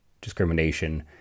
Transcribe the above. discrimination